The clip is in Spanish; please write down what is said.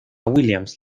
williams